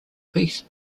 piece